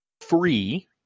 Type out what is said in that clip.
free